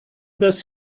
does